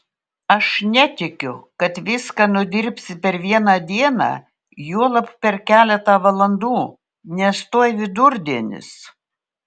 tik netikiu kad viską nudirbsi per vieną dieną juolab per keletą valandų nes tuoj vidurdienis